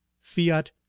Fiat